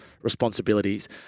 responsibilities